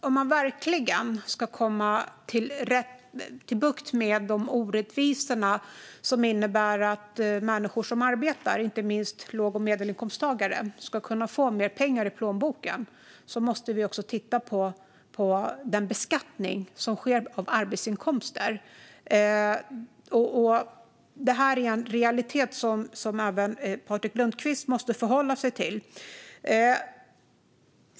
Om man verkligen ska få bukt med de orättvisor som finns och se till att människor som arbetar, inte minst låg och medelinkomsttagare, ska kunna få mer pengar i plånboken måste man också titta på den beskattning som sker på arbetsinkomster. Det här är en realitet som även Patrik Lundqvist måste förhålla sig till.